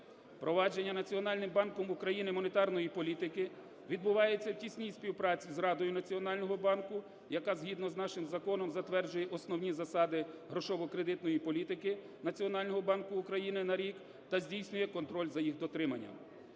Впровадження Національним банком України монетарної політики відбувається в тісній співпраці з Радою Національного банку, яка згідно з нашим законом затверджує основні засади грошово-кредитної політики Національного банку України на рік, та здійснює контроль за їх дотриманням.